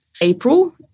April